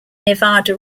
nevada